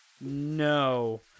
No